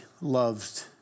loved